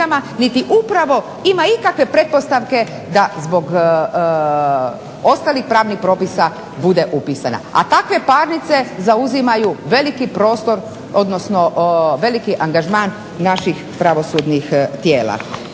niti upravo ima ikakve pretpostavke da zbog ostalih pravnih propisa bude upisana. A takve parnice zauzimaju veliki prostor, odnosno veliki angažman naših pravosudnih tijela.